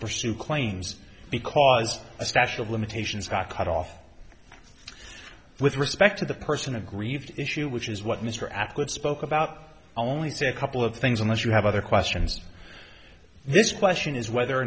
pursue claims because a special limitations got cut off with respect to the person aggrieved issue which is what mr abbott spoke about only say a couple of things unless you have other questions this question is whether or